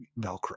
velcro